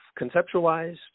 conceptualized